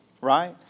right